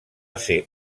ser